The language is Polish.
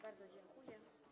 Bardzo dziękuję.